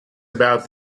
about